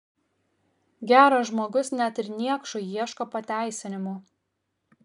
geras žmogus net ir niekšui ieško pateisinimų